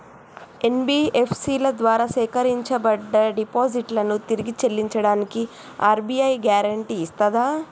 NBFC ల ద్వారా సేకరించబడ్డ డిపాజిట్లను తిరిగి చెల్లించడానికి ఆర్.బి.ఐ గ్యారెంటీ ఇస్తదా?